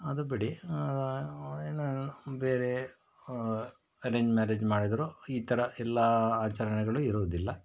ಅದು ಬಿಡಿ ಏನೋ ಬೇರೆ ಅರೆಂಜ್ ಮ್ಯಾರೇಜ್ ಮಾಡಿದ್ರೂ ಈ ಥರ ಎಲ್ಲ ಆಚರಣೆಗಳು ಇರೋದಿಲ್ಲ